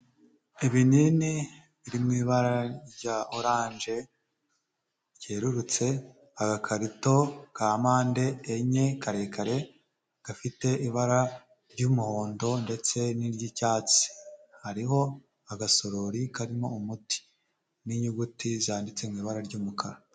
Ibinini biri mu ibara rya oranje ryerurutse, agakarito ka mpande enye karekare, gafite ibara ry'umuhondo ndetse n'iry'icyatsi. Hariho agasorori karimo umuti n'inyuguti zanditse mu ibara ry'umukara.